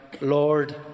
Lord